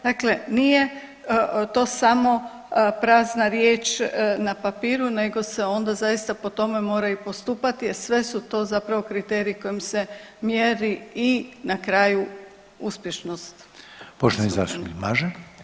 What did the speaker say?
Dakle, nije to samo prazna riječ na papiru, nego se onda zaista po tome mora i postupati, jer sve su to zapravo kriteriji kojima se mjeri i na kraju uspješnost.